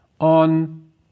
on